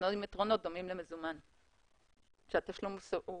התשלום הוא